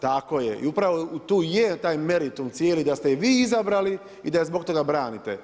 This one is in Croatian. Tako je, i upravo tu je taj meritum cijeli, da ste ju vi izabrali i da ju zbog toga branite.